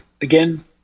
again